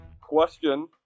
question